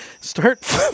start